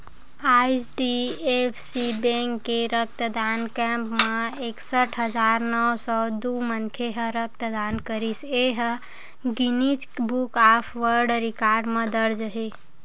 HDFC bank के रक्तदान camp म एकसट हजार नव सौ दू मनखे ह रक्तदान करिस ए ह Guinness book of world record म दर्ज हे